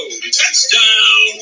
Touchdown